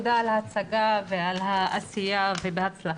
תודה על ההצגה ועל העשייה ובהצלחה.